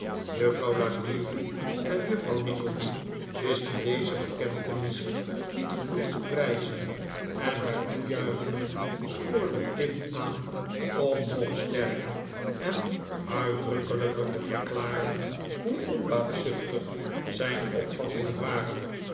juffrouw la creevy en juffrouw nickleby wisten deze bekentenis niet genoeg te prijzen en haar toejuichingen spoorden tim aan om nog sterker en uitdrukkelijker te verklaren hoe onbaatzuchtig zijn opvattingen waren